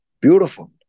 beautiful